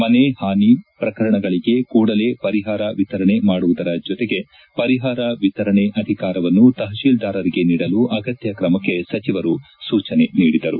ಮನೆ ಪಾನಿ ಪ್ರಕರಣಗಳಿಗೆ ಕೂಡಲೇ ಪರಿಹಾರ ವಿತರಣೆ ಮಾಡುವುದರ ಜತೆಗೆ ಪರಿಹಾರ ವಿತರಣೆ ಅಧಿಕಾರವನ್ನು ತಹಶೀಲ್ದಾರರಿಗೆ ನೀಡಲು ಅಗತ್ಯ ಕ್ರಮಕ್ಕೆ ಸಚಿವರು ಸೂಚನೆ ನೀಡಿದರು